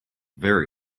very